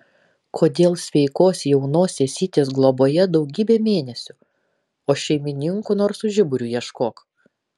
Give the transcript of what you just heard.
kodėl sveikos jaunos sesytės globoje daugybę mėnesių o šeimininkų nors su žiburiu ieškok